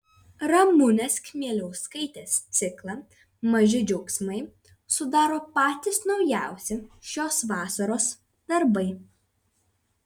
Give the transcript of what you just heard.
ramunės kmieliauskaitės ciklą maži džiaugsmai sudaro patys naujausi šios vasaros darbai